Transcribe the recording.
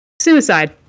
Suicide